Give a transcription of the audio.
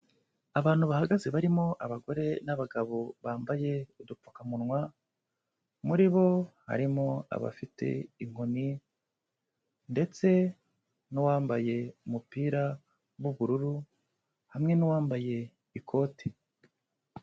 Abantu bahagaze barimo abagore n'abagabo bambaye udupfukamunwa, muri bo harimo abafite inkoni ndetse n'uwambaye umupira w'ubururu hamwe n'uwambaye ikoti.